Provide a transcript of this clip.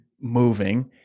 moving